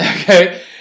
Okay